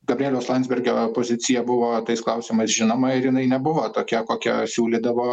gabrieliaus landsbergio pozicija buvo tais klausimais žinoma ir jinai nebuvo tokia kokią siūlydavo